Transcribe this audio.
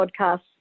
podcast